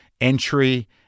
entry